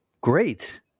great